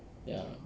ya